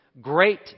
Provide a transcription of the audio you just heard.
Great